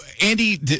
Andy